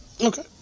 okay